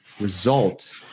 result